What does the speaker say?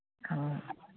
ꯑ